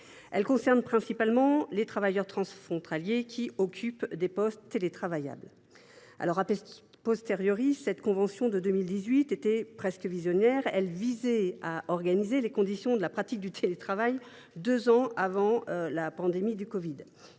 concerne principalement les travailleurs transfrontaliers qui occupent des postes dans lesquels le télétravail est possible., la convention de 2018 semble presque visionnaire : elle visait à organiser les conditions de la pratique du télétravail, deux ans avant la pandémie de covid